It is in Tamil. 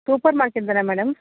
சூப்பர் மார்க்கெட் தானே மேடம்